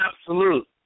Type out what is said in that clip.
absolute